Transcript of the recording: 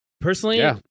Personally